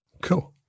Cool